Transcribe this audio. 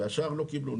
והשאר לא קיבלו,